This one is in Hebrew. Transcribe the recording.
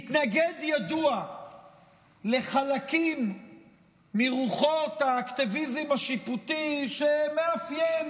מתנגד ידוע לחלקים מרוחות האקטיביזם השיפוטי שמאפיין